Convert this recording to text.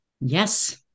Yes